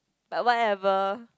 but whatever